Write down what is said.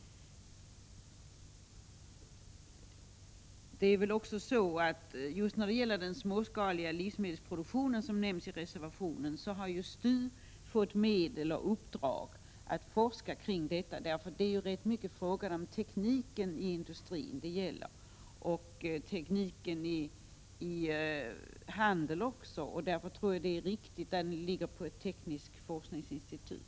I fråga om den småskaliga livsmedelsproduktionen, som nämns i reservationen, har STU fått medel för och uppdrag att forska på detta område. Det gäller nämligen i rätt hög grad tekniken inom industrin och även inom handeln. Därför tror jag att det är riktigt att denna forskning ligger hos ett tekniskt forskningsinstitut.